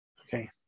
Okay